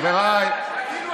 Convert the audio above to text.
חבר הכנסת פינדרוס,